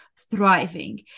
thriving